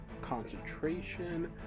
concentration